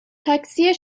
تاکسی